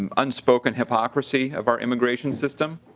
um unspoken hypocrisy of our immigration system.